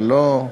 אבל לא,